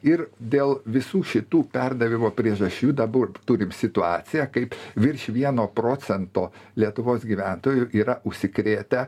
ir dėl visų šitų perdavimo priežasčių dabar turim situaciją kaip virš vieno procento lietuvos gyventojų yra užsikrėtę